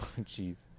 Jeez